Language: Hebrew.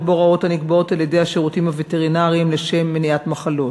בהוראות הנקבעות על-ידי השירותים הווטרינריים לשם מניעת מחלות.